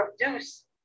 produce